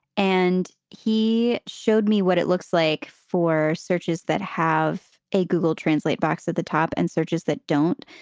and he showed me what it looks like for searches that have a google translate box at the top and searches that don't.